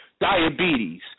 diabetes